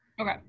Okay